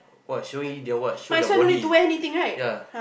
!wah! surely they're what show their bodies is ya